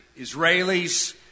Israelis